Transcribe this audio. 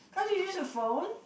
cause you use your phone